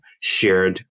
shared